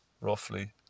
roughly